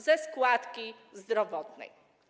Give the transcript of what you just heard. Ze składki zdrowotnej.